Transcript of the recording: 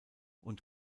und